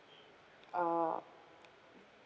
uh